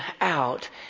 out